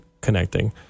connecting